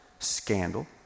scandal